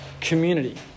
community